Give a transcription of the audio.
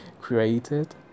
created